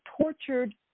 Tortured